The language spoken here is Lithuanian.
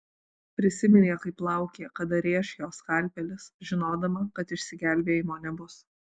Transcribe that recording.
prisiminė kaip laukė kada rėš jo skalpelis žinodama kad išsigelbėjimo nebus